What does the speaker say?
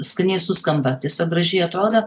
skaniai suskamba tiesiog gražiai atrodo